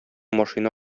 машина